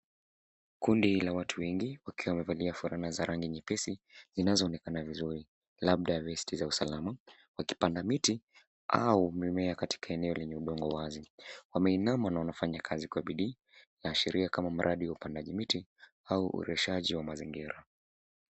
Kundi la watu wengi wakiwa wamevalia fulana za rangi nyeesi zinazoonekana vizuri, labda vesti za usalama wakipanda miti au mimea katika eneo lenye udongo wazi, wameinama na wanafanya kazi kwa bidii inaashiria kama uradi wa upandaji miti au ureshaji wa mazingira.